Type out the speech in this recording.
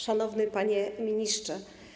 Szanowny Panie Ministrze!